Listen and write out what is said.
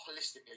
holistically